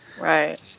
Right